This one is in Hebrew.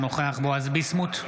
אינו נוכח בועז ביסמוט,